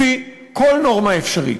לפי כל נורמה אפשרית.